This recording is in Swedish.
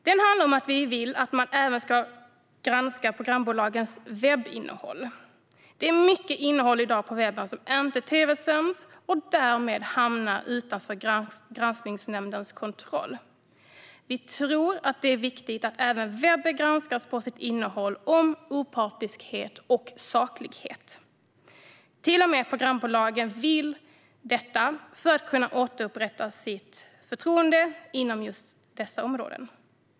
Den handlar om att vi vill att man även ska granska programbolagens webbinnehåll. Det är mycket innehåll i dag på webben som inte tv-sänds och därmed hamnar utanför Granskningsnämndens kontroll. Vi tror att det är viktigt att även webben granskas på sitt innehåll om opartiskhet och saklighet. Till och med programbolagen vill detta för att kunna återupprätta sitt förtroende inom just dessa områden.